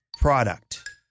product